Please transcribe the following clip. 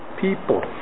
people